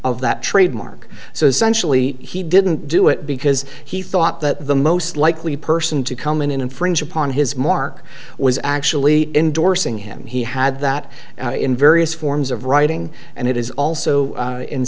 of that trademark so essentially he didn't do it because he thought that the most likely person to come in and infringe upon his mark was actually endorsing him he had that in various forms of writing and it is also